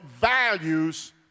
values